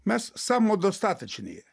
mes samodostatočnije